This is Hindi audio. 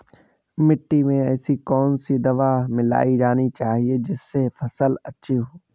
मिट्टी में ऐसी कौन सी दवा मिलाई जानी चाहिए जिससे फसल अच्छी हो?